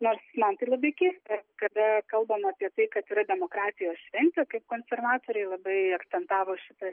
nors man tai labai keista kada kalbam apie tai kad yra demokratijos šventė kaip konservatoriai labai akcentavo šitas